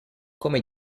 come